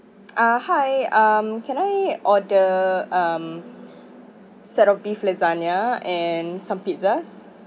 ah hi um can I order um set of beef lasagna and some pizzas